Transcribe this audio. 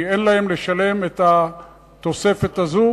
כי אין להם לשלם את התוספת הזו,